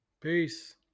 peace